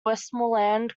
westmoreland